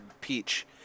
Peach